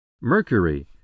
Mercury